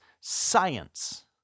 science